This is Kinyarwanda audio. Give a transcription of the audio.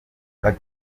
ati